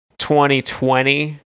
2020